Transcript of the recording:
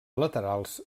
laterals